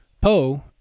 Poe